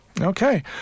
Okay